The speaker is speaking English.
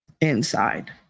inside